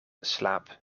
slaap